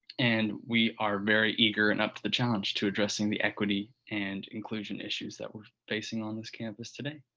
and we are very eager and up to the challenge to addressing the equity and inclusion issues that we're facing on this campus today.